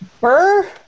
Burr